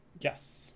Yes